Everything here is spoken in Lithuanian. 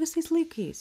visais laikais